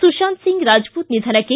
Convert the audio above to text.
ಸುಶಾಂತ್ ಒಂಗ್ ರಾಜಪೂತ್ ನಿಧನಕ್ಕೆ